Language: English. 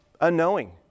unknowing